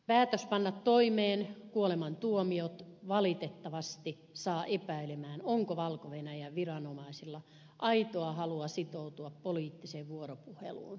päätös panna toimeen kuolemantuomiot valitettavasti saa epäilemään onko valko venäjän viranomaisilla aitoa halua sitoutua poliittiseen vuoropuheluun euroopan kanssa